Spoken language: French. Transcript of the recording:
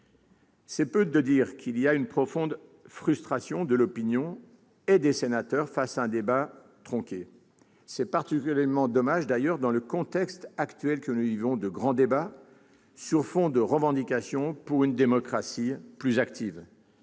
C'est peu de dire qu'il existe une profonde frustration de l'opinion et des sénateurs face à ce débat tronqué. C'est particulièrement dommage dans le contexte actuel de grand débat, sur fond de revendications pour une démocratie plus active.